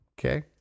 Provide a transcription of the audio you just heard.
Okay